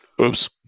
Oops